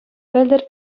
пӗлтӗр